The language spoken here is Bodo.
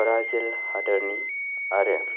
ब्राजिल हादरनि आरो